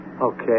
Okay